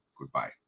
Goodbye